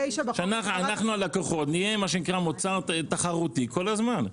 שאנחנו הלקוחות נהיה מה שנקרא מוצר תחרותי כל הזמן.